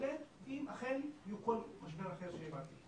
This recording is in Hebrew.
להתמודד אם אכן יהיה כל משבר אחר שיהיה בעתיד.